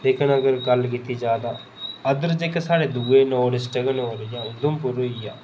लेकिन अगर गल्ल कीती जा तां अदर जेह्के होर दूए नौ डिस्ट्रिक्ट न उधमपुर होई गेआ